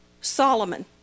Solomon